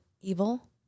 evil